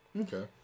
Okay